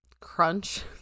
crunch